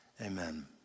Amen